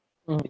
mm